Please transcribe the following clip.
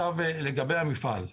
לגבי המפעל,